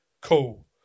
Cool